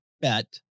bet